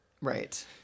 Right